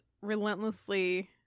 relentlessly